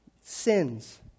sins